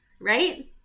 right